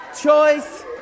choice